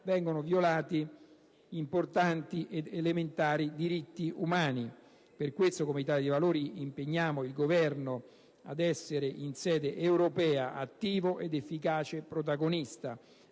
vengono violati importanti ed elementari diritti umani. Per questo, come Italia dei Valori impegniamo il Governo ad essere in sede europea attivo ed efficace protagonista,